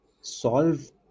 solve